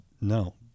no